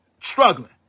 struggling